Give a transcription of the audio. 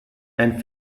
and